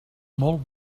molt